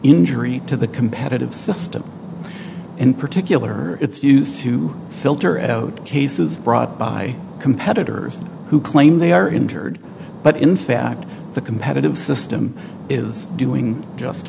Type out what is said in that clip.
injury to the competitive system in particular it's used to filter out cases brought by competitors who claim they are injured but in fact the competitive system is doing just